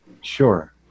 Sure